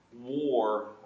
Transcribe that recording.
war